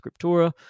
scriptura